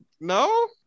no